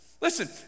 Listen